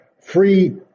free